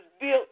built